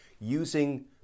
using